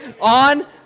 on